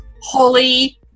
Holy